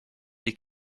est